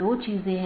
के लिए है